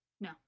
No